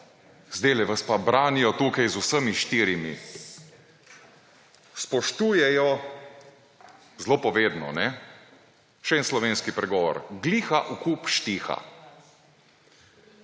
zdajle vas pa branijo tukaj z vsemi štirimi. Spoštujejo – zelo povedno, ne? Še en slovenski pregovor: gliha vkup štiha.